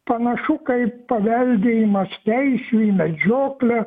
panašu kaip paveldėjimas teisių į medžioklę